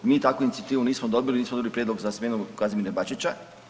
Mi takvu inicijativu nismo dobili, nismo dobili prijedlog za smjenu Kazimira Bačića.